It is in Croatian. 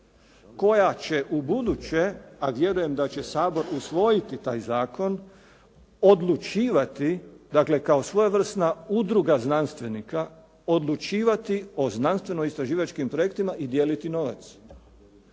koja će u buduće, a vjerujem da će Sabor usvojiti taj zakon odlučivati, dakle kao svojevrsna udruga znanstvenika odlučivati o znanstveno-istraživačkim projektima i dijeliti novac.